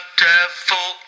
devil